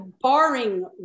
barring